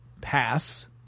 pass